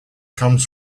comes